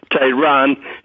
Tehran